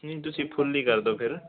ਨਹੀਂ ਤੁਸੀਂ ਫੁੱਲ ਹੀ ਕਰ ਦਿਓ ਫਿਰ